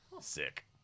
Sick